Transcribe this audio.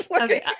Okay